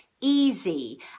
easy